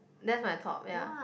that's my top ya